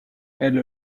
elle